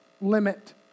limit